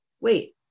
wait